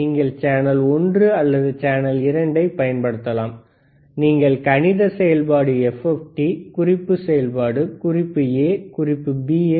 நீங்கள் சேனல் ஒன்று அல்லது சேனல் இரண்டை பயன்படுத்தலாம் நீங்கள் கணித செயல்பாடு FFT குறிப்பு செயல்பாடு குறிப்பு A குறிப்பு B